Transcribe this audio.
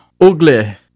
Ugly